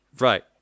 right